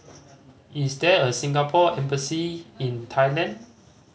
is there a Singapore Embassy in Thailand